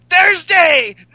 Thursday